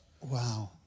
Wow